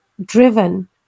driven